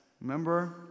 Remember